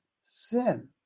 sin